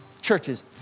Churches